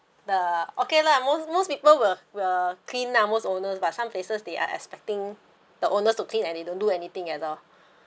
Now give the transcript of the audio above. the okay lah most most people will will clean ah most owners but some places they are expecting the owners to clean and they don't do anything at all